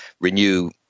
Renew